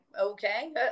okay